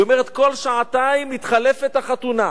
היא אומרת, כל שעתיים מתחלפת החתונה,